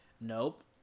Nope